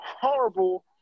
horrible